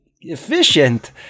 efficient